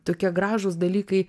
tokie gražūs dalykai